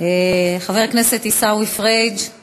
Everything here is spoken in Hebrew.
חבר הכנסת עיסאווי פריג';